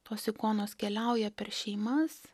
tos ikonos keliauja per šeimas